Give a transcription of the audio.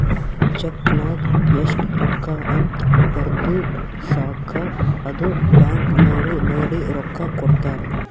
check ನಾಗ್ ಎಸ್ಟ್ ರೊಕ್ಕಾ ಅಂತ್ ಬರ್ದುರ್ ಸಾಕ ಅದು ಬ್ಯಾಂಕ್ ನವ್ರು ನೋಡಿ ರೊಕ್ಕಾ ಕೊಡ್ತಾರ್